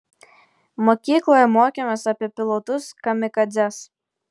mokykloje mokėmės apie pilotus kamikadzes